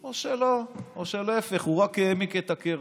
או שלא, או שלהפך, הוא רק העמיק את הקרע?